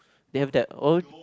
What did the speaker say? they have that own